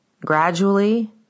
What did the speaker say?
gradually